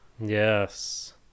Yes